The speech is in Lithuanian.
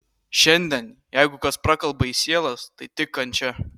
šiandien jeigu kas prakalba į sielas tai tik kančia